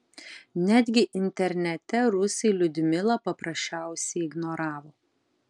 netgi internete rusai liudmilą paprasčiausiai ignoravo